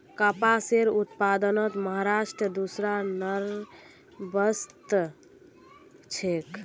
कपासेर उत्पादनत महाराष्ट्र दूसरा नंबरत छेक